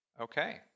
Okay